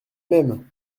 même